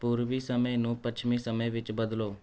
ਪੂਰਬੀ ਸਮੇਂ ਨੂੰ ਪੱਛਮੀ ਸਮੇਂ ਵਿੱਚ ਬਦਲੋ